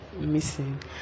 missing